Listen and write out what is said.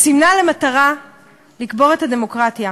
סימנה לה מטרה לקבור את הדמוקרטיה.